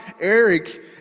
Eric